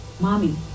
mommy